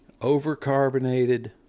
overcarbonated